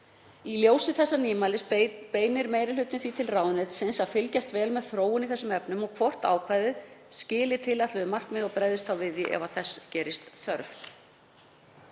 Í ljósi þessa nýmælis beinir meiri hlutinn því til ráðuneytisins að fylgjast vel með þróun í þeim efnum og hvort ákvæðið skili tilætluðum markmiðum og bregðast við ef þess gerist þörf.